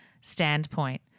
standpoint